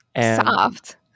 Soft